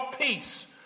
peace